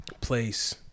place